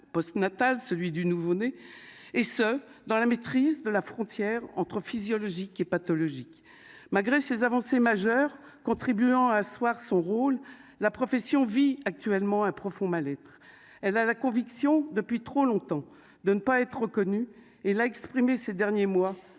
post-natal, celui du nouveau-né, et ce dans la maîtrise de la frontière entre physiologique et pathologique, malgré ces avancées majeures contribuant asseoir son rôle, la profession vit actuellement un profond mal-être, elle a la conviction depuis trop longtemps de ne pas être reconnu et l'a exprimé ces derniers mois